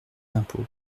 d’impôt